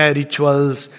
rituals